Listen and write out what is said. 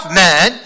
man